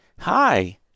hi